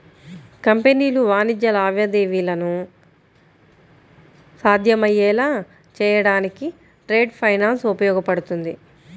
కంపెనీలు వాణిజ్య లావాదేవీలను సాధ్యమయ్యేలా చేయడానికి ట్రేడ్ ఫైనాన్స్ ఉపయోగపడుతుంది